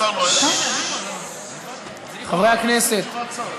חברי הכנסת,